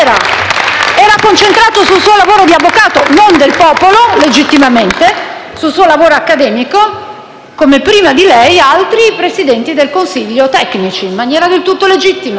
Era concentrato sul suo lavoro di avvocato non del popolo, legittimamente, sul suo lavoro accademico, come prima di lei altri Presidenti del Consiglio tecnici, in maniera del tutto legittima.